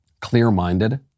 clear-minded